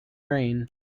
rain